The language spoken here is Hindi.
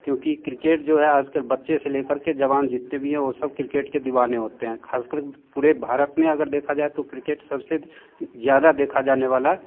क्योंकि क्रिकेट जो है आज कल बच्चे से ले कर के जवान जितने भी हैं वो सब क्रिकेट के दीवाने होते हैं ख़ास कर पूरे भारत में अगर देखा जाए तो क्रिकेट सब से ज़्यादा देखा जाने वाला